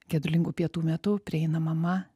gedulingų pietų metu prieina mama